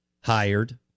hired